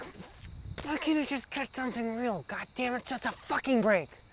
ah kind of just get something real? god damn it, just a fucking break.